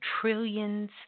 trillions